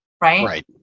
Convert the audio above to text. Right